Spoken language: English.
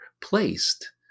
placed